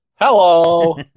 Hello